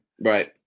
Right